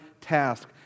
task